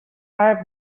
are